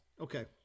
okay